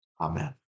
Amen